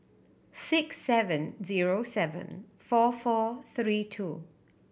six seven zero seven four four three two